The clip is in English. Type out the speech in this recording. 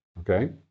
Okay